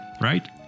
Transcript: right